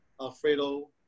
Alfredo